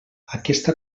aquesta